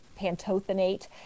pantothenate